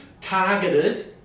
targeted